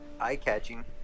eye-catching